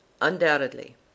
undoubtedly